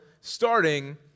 starting